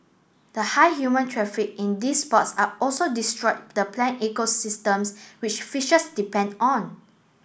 the high human traffic in these spots are also destroyed the plant ecosystems which fishes depend on